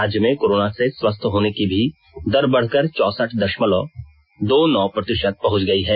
राज्य में कोरोना से स्वस्थ होने की भी दर बढ़कर चौसठ दशमलव दो नौ प्रतिशत पहुंच गई है